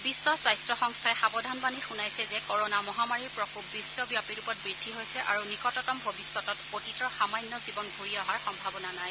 বিখ্ব স্বাস্থ্য সংস্থাই সাৱধানবাণী শুনাইছে যে কৰণা মহামাৰীৰ প্ৰকোপ বিশ্বব্যাপী ৰূপত বৃদ্ধি হৈছে আৰু নিকটতম ভৱিষ্যতত অতীতৰ সামান্য জীৱন ঘূৰি অহাৰ সম্ভাৱনা নাই